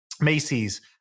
Macy's